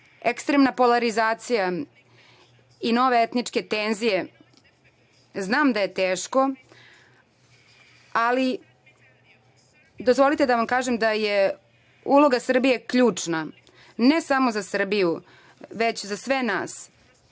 građanima. Ekstremna polarizacija i nove etničke tenzije, znam da je teško, ali dozvolite da vam kažem da je uloga Srbije ključna, ne samo za Srbiju, već za sve nas.